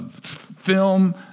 film